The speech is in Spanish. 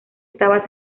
estaba